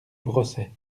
brossaient